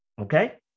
Okay